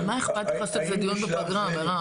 אבל מה אכפת לך לעשות על זה דיון בפגרה, מירב?